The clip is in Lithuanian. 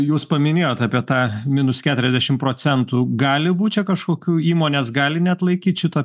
jūs paminėjot apie tą minus keturiasdešimt procentų gali būt čia kažkokių įmonės gali neatlaikyt šito